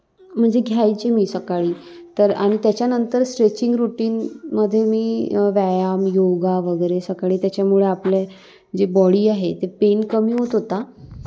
म्हणजे घ्यायचे मी सकाळी तर आणि त्याच्यानंतर स्ट्रेचिंग रूटीनमध्ये मी व्यायाम योगा वगैरे सकाळी त्याच्यामुळे आपले जे बॉडी आहे ते पेन कमी होत होता